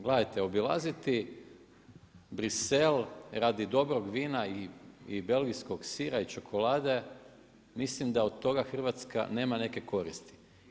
Gledajte, obilaziti Bruxelles radi dobrog vina i belgijskog sira i čokolade mislim da od toga Hrvatska nema neke koristi.